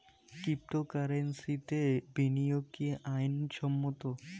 ক্রিপ্টোকারেন্সিতে বিনিয়োগ কি আইন সম্মত?